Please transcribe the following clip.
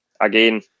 again